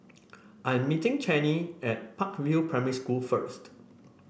I'm meeting Chanie at Park View Primary School first